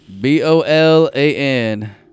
B-O-L-A-N